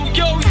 yo